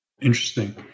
Interesting